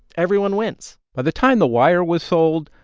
everyone wins by the time the wire was sold,